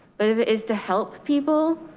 but if it is to help people,